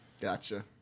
Gotcha